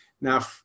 now